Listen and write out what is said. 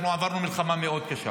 עברנו מלחמה מאוד קשה,